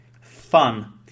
fun